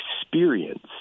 experience